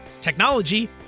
technology